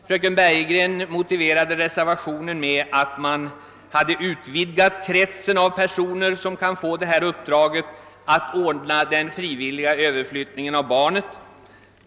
Fröken Bergegren motiverade reservationen med att man velat utvidga kretsen av de personer som kan erhålla uppdraget att ordna med en frivillig överflyttning av barn.